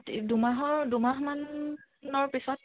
তি দুমাহৰ দুমাহমানৰ পিছত